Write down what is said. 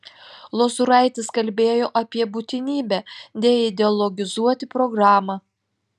lozuraitis kalbėjo apie būtinybę deideologizuoti programą